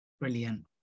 Brilliant